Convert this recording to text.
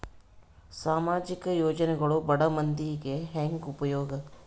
ಸಾಮಾಜಿಕ ಯೋಜನೆಗಳು ಬಡ ಮಂದಿಗೆ ಹೆಂಗ್ ಉಪಯೋಗ?